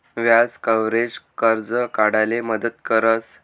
व्याज कव्हरेज, कर्ज काढाले मदत करस